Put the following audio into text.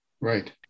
Right